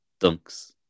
dunks